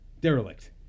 Derelict